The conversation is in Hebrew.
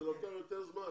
זה לוקח יותר זמן.